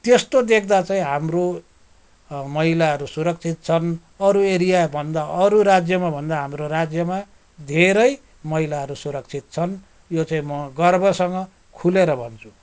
त्यस्तो देख्दा चाहिँ हाम्रो महिलाहरू सुरक्षित छन् अरू एरिया भन्दा अरू राज्यमा भन्दा हाम्रो राज्यमा धेरै महिलाहरू सुरक्षित छन् यो चाहिँ म गर्वसँग खुलेर भन्छु